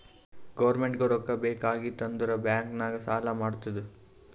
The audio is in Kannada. ಗೌರ್ಮೆಂಟ್ಗೂ ರೊಕ್ಕಾ ಬೇಕ್ ಆಗಿತ್ತ್ ಅಂದುರ್ ಬ್ಯಾಂಕ್ ನಾಗ್ ಸಾಲಾ ಮಾಡ್ತುದ್